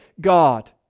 God